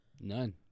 None